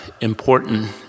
important